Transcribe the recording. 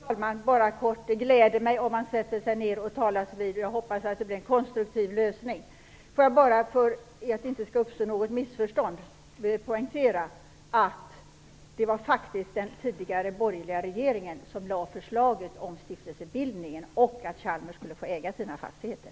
Fru talman! Bara helt kort: Det gläder mig om man sätter sig ned och talas vid. Jag hoppas att man kommer fram till en konstruktiv lösning. Låt mig bara för att det inte skall uppstå något missförstånd poängtera att det faktiskt var den tidigare borgerliga regeringen som lade fram förslaget om stiftelsebildningen och om att Chalmers skulle få äga sina fastigheter.